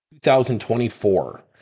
2024